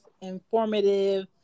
informative